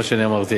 מה שאני אמרתי.